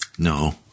No